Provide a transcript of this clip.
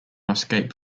escape